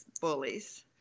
bullies